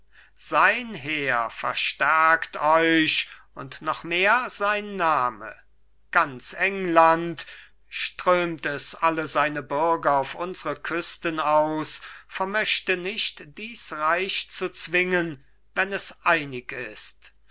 sein heer verstärkt euch und noch mehr sein name ganz england strömt es alle seine bürger auf unsre küsten aus vermöchte nicht dies reich zu zwingen wenn es einig ist